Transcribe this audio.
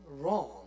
wrong